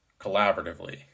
collaboratively